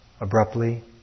abruptly